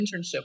internship